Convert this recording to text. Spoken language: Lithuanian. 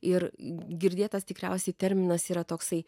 ir girdėtas tikriausiai terminas yra toksai